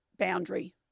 boundary